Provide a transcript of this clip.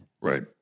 right